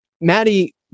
Maddie